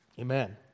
amen